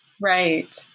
Right